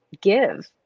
give